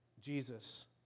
Jesus